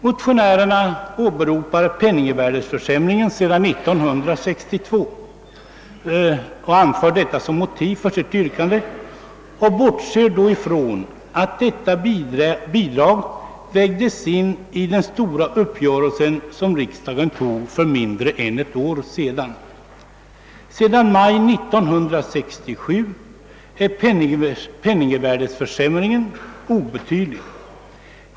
Motionärerna åberopar penningvärdeförsämringen sedan år 1962 och anför denna såsom motiv för sitt yrkande. De bortser då ifrån att detta bidrag vägdes in i den stora uppgörelse som riksdagen antog för mindre än ett år sedan. Sedan maj månad år 1967 har penningvärdeförsämringen varit obetydlig.